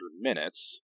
minutes